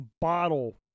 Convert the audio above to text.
bottle